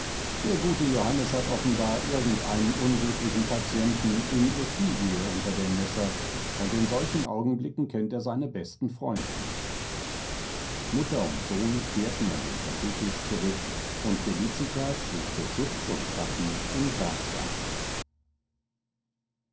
der gute johannes hat offenbar irgend einen unglücklichen patienten in effigie unter dem messer und in solchen augenblicken kennt er seine besten freunde nicht mutter und sohn kehrten an den kaffeetisch zurück und felicitas suchte schutz und schatten im